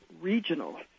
regional